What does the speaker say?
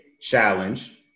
challenge